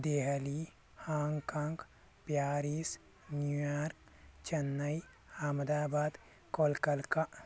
Delhi Hong Kong Paris New York Chennai Ahmedabad Kolkata